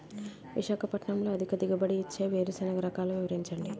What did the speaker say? విశాఖపట్నంలో అధిక దిగుబడి ఇచ్చే వేరుసెనగ రకాలు వివరించండి?